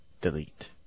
Delete